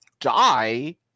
die